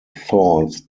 thought